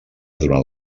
durant